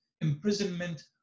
imprisonment